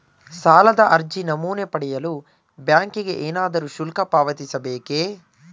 ಸಾಲದ ಅರ್ಜಿ ನಮೂನೆ ಪಡೆಯಲು ಬ್ಯಾಂಕಿಗೆ ಏನಾದರೂ ಶುಲ್ಕ ಪಾವತಿಸಬೇಕೇ?